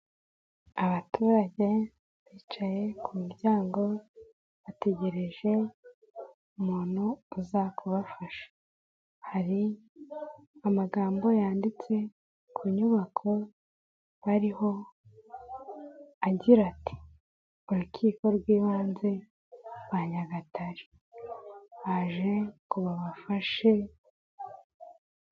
Abaturage bicaye ku muryango bategereje umuntu uzakufasha, hari amagambo yanditse ku nyubako ariho agira ati <<Urukiko rw Ibanze rwa Nyagatare>>, baje ngo babafashe.